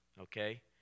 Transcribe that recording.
okay